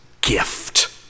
gift